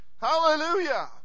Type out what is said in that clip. hallelujah